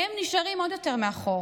הם נשארים עוד יותר מאחור.